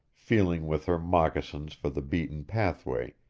feeling with her moccasins for the beaten pathway,